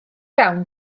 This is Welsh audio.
iawn